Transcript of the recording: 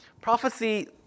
Prophecy